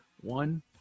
one